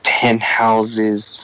penthouses